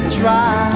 try